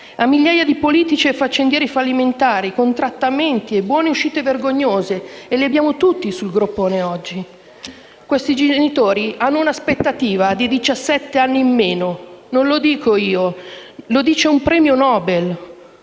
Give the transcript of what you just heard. a migliaia di politici e faccendieri fallimentari con trattamenti e buone uscite vergognose, e li abbiamo tutti sul groppone oggi. Questi genitori hanno un'aspettativa di vita di 17 anni in meno. Non lo dico io; lo dice un premio Nobel.